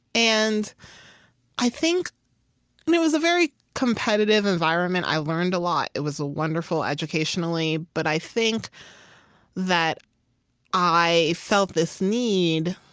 and i think and it was a very competitive environment. i learned a lot it was wonderful, educationally. but i think that i felt this need